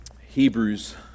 Hebrews